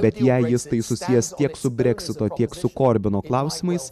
bet jei jis tai susies tiek su breksito tiek su korbino klausimais